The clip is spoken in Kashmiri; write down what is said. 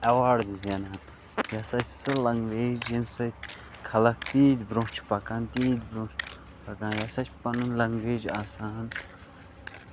ایواڈ زینان یہِ کیاہ سا چھِ سۄ لینگویج ییٚمہِ سۭتۍ خَلَق تیٖتۍ برونہہ چھِ پَکان تِیٖتۍ برونہہ چھِ پکان یہِ سا چھُ پَنُن لینگویج آسان